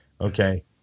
Okay